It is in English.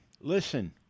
Listen